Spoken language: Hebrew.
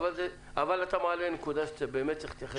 אבל אתה מעלה נקודה שבאמת צריך להתייחס אליה.